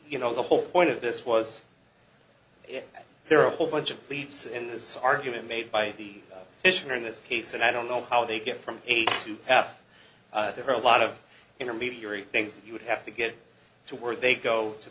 you know the whole point of this was there are a whole bunch of leaps in this argument made by the missionary in this case and i don't know how they get from eight to there are a lot of intermediary things that you would have to get to where they go to